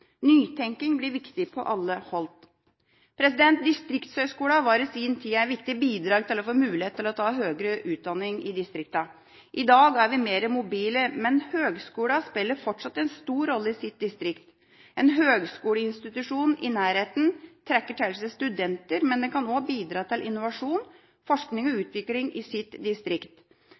Nytenking blir viktig på alle hold. Distriktshøyskolene var i sin tid et viktig bidrag til å få mulighet for å ta høyere utdanning i distriktene. I dag er vi mer mobile, men høyskolene spiller fortsatt en stor rolle i sitt distrikt. En høyskoleinstitusjon i nærheten trekker til seg studenter, men den kan også bidra til innovasjon, forskning og utvikling i sitt distrikt.